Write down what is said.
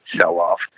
sell-off